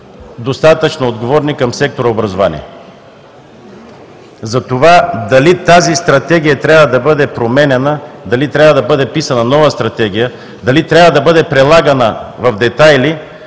достатъчно отговорни към сектора „Образование“. Затова дали тази Стратегия трябва да бъде променяна, дали трябва да бъде писана нова Стратегия, дали трябва да бъде прилагана в детайли,